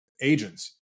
agents